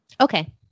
Okay